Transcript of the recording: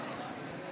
נעים.